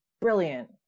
brilliant